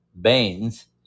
Baines